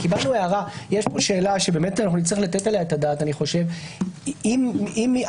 האם האבחנה פה לא צריכה להיות אבחנה מהותית?